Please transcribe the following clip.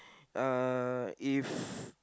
uh if